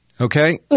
okay